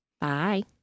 Bye